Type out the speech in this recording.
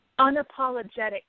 unapologetic